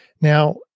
Now